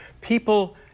People